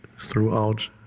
throughout